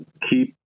keep